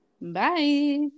Bye